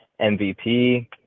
mvp